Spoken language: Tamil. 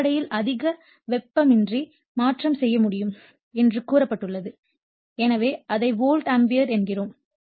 அடிப்படையில் அதிக வெப்பமின்றி மாற்றம் செய்ய முடியும் என்று கூறப்பட்டுள்ளது எனவே அதை வோல்ட் ஆம்பியர் என்கிறோம்